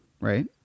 right